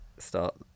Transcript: Start